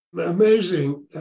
Amazing